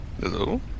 Hello